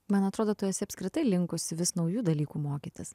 man atrodo tu esi apskritai linkusi vis naujų dalykų mokytis